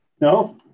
No